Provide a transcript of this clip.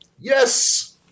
Yes